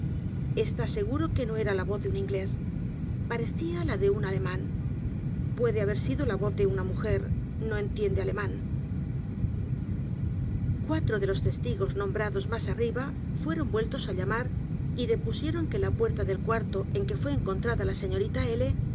está seguro que no era la voz de un los crímenes de la calle morgue inglés parecía la de un alemán puede haber sido la voz de una mujer no entiende alemán cuatro de los testigos nombrados más arriba fueron vueltos á llamar y depusieron que la puerta del cuarto en que fué encontrada la sta